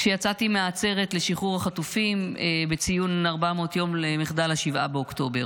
כשיצאתי מהעצרת לשחרור החטופים בציון 400 יום למחדל 7 באוקטובר.